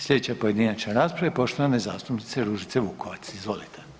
Slijedeće pojedinačne rasprave poštovane zastupnice Ružice Vukovac, izvolite.